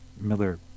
Miller